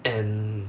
and